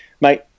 Mate